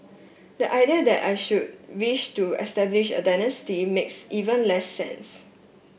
the idea that I should wish to establish a dynasty makes even less sense